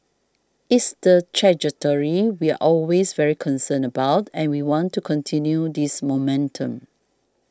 it's the trajectory we're always very concerned about and we want to continue this momentum